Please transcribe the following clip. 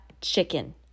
chicken